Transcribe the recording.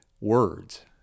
words